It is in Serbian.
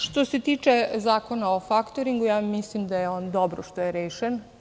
Što se tiče Zakona o faktoringu, mislim da je dobro što je rešen.